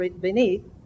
beneath